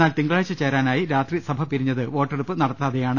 എന്നാൽ തിങ്കളാഴ്ച ചേരാനായി രാത്രി സഭ പിരിഞ്ഞത് വോട്ടെ ടുപ്പ് നടത്താതെയാണ്